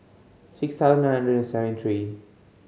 six thousand nine hundred seventy three